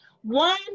one